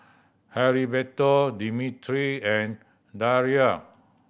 Heriberto Dimitri and Darryle